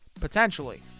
potentially